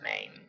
name